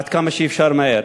עד כמה שאפשר מהר.